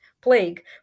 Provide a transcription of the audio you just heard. plague